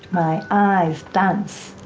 my eyes dance.